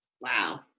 Wow